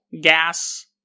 gas